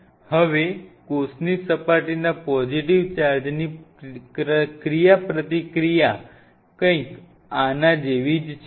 હવે કોષની સપાટીના પોઝિટીવ ચાર્જની ક્રિયાપ્રતિક્રિયા કંઈક આના જેવી છે